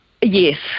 Yes